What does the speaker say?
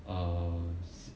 err